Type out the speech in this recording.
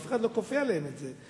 אף אחד לא כופה עליהם את זה.